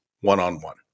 one-on-one